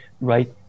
right